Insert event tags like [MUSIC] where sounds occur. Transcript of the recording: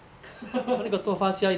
[LAUGHS]